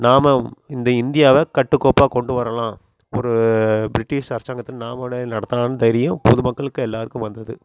நாம் இந்த இந்தியாவை கட்டுக்கோப்பாக கொண்டு வரலாம் ஒரு பிரிட்டீஷ் அரசாங்கத்தை நாமளே நடத்தலான்னு தைரியம் பொதுமக்களுக்கு எல்லோருக்கும் வந்தது